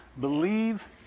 Believe